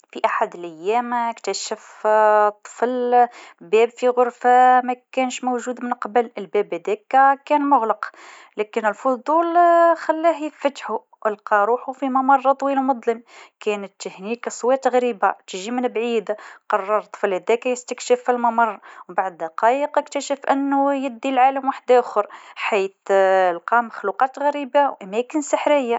في أحد الأيام اكتشف طفل باب في غرفه ما كانش موجود من قبل، الباب هذاكا كان مغلق لكن الفضول خلاه يحلو و لقى روحو في ممر طويل و مضلم، كانت فمه أصوات غريبه جايه من بعيد ، قرر الطفل هذاكا يستكشف الممر و بعد دقايق اكتشف إنو يهز لعالم ٱخر وين لقا مخلوقات غريبه و أماكن سحريه.